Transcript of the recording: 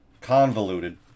convoluted